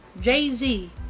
Jay-Z